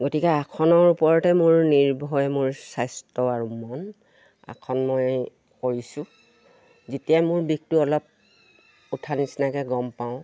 গতিকে আসনৰ ওপৰতে মোৰ নিৰ্ভৰ মোৰ স্বাস্থ্য আৰু মন আসন মই কৰিছোঁ যেতিয়াই মোৰ বিষটো অলপ উঠা নিচিনাকে গম পাওঁ